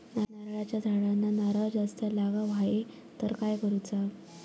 नारळाच्या झाडांना नारळ जास्त लागा व्हाये तर काय करूचा?